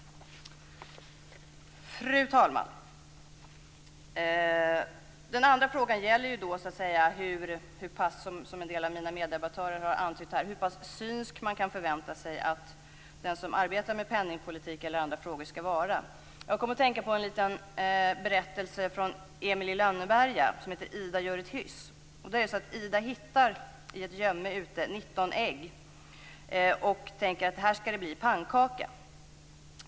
Fru talman! Den andra frågan gäller ju, som en del av mina meddebattörer har antytt här, hur pass synsk man kan förvänta sig att den som arbetar med penningpolitik eller andra frågor skall vara. Jag kom att tänka på en liten berättelse från Emil i Lönnerberga, som heter Ida gör ett hyss. I den är det så att Ida i ett gömme utomhus hittar 19 ägg. Hon tänker att här skall det bli pannkaka.